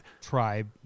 tribe